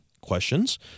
questions